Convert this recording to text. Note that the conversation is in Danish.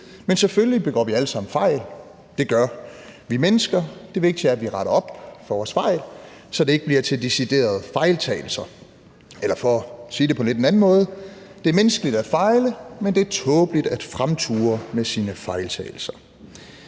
Men selvfølgelig begår vi allesammen fejl, det gør vi mennesker. Det vigtige er, at vi retter op på vores fejl, så det ikke bliver til deciderede fejltagelser. Eller for at sige det på en lidt anden måde: Det er menneskeligt at fejle, men det er tåbeligt at fremture med sine fejltagelser.